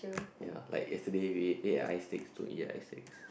ya like yesterday we ate ate at ice steak don't eat at ice steak